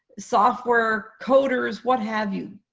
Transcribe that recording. software coders, what have you,